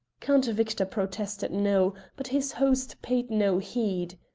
count victor protested no, but his host paid no heed.